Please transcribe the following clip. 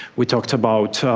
we talked about